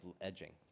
edging